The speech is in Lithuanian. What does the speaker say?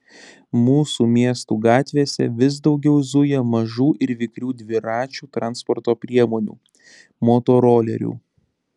mūsų miestų gatvėse vis daugiau zuja mažų ir vikrių dviračių transporto priemonių motorolerių